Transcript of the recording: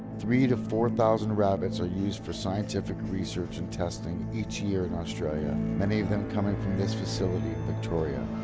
three to four thousand rabbits are used for scientific research and testing each year in australia, many of them coming from this facility in victoria.